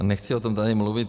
Nechci o tom tady mluvit.